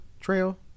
trail